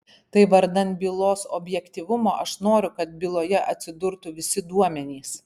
tai vardan bylos objektyvumo aš noriu kad byloje atsidurtų visi duomenys